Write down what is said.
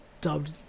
dubbed